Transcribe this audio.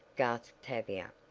gasped tavia.